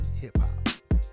hip-hop